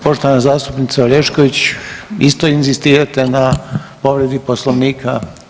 Poštovana zastupnica Orešković, isto inzistirate na povredi Poslovnika?